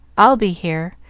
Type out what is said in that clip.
i'll be here,